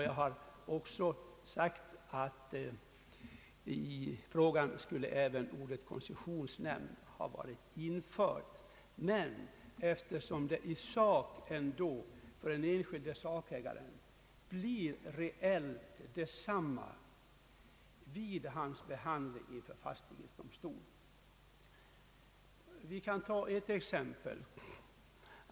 Jag har också sagt att även ordet koncessionsnämnd borde ha varit infört i interpellationen. För den enskilde sakägaren blir förhållandena reellt desamma vid behandlingen inför fastighetsdomstol. Jag kan ta ett exempel.